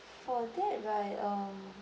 for that right um